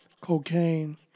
cocaine